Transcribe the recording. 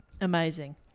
Amazing